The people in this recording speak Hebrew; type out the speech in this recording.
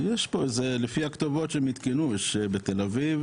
יש פה זה לפי הכתובות שהם עדכנו, יש בתל אביב